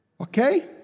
Okay